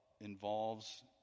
involves